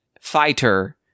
fighter